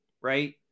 right